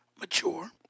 mature